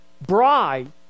bride